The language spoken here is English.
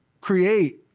create